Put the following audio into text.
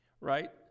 right